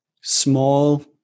small